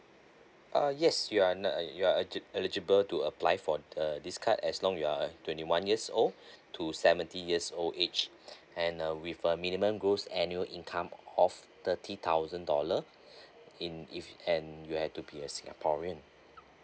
uh yes you are in a ya you are eligible to apply for uh this card as long you are twenty one years old to seventy years old age and uh with a minimum gross annual income of thirty thousand dollar in if and you have to be a singaporean